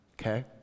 Okay